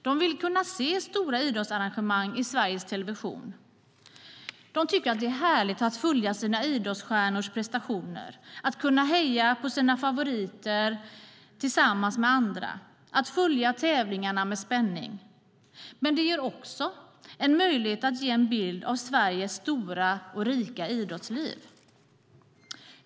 De vill kunna se stora idrottsarrangemang i Sveriges Television. De tycker att det är härligt att följa sina idrottsstjärnors prestationer, heja på sina favoriter tillsammans med andra och följa tävlingarna med spänning. Men det ger också en möjlighet att ge en bild av Sveriges stora och rika idrottsliv.